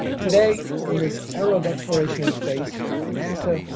today, in this era of exploration in space by nasa,